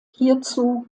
hierzu